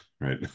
right